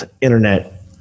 internet